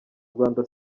rwanda